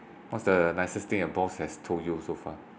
what's the nicest thing your boss has told you so far